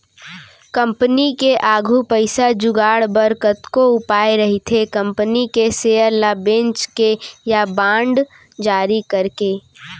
company के आघू पइसा जुगाड़ बर कतको उपाय रहिथे कंपनी के सेयर ल बेंच के या बांड जारी करके